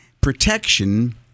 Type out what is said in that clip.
Protection